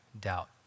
doubt